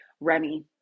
remy